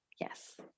Yes